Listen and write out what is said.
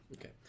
Okay